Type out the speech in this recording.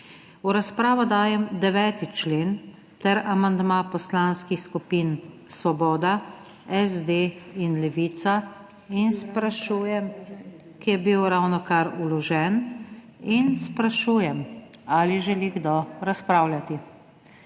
V razpravo dajem 9. člen ter amandma poslanskih skupin Svoboda, SD in Levica, ki je bil ravnokar vložen. Sprašujem, ali želi kdo razpravljati?